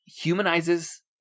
humanizes